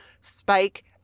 spike